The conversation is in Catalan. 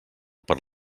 per